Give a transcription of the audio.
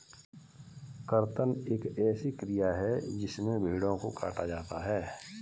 कर्तन एक ऐसी क्रिया है जिसमें भेड़ों को काटा जाता है